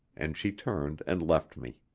and she turned and left me.